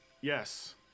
yes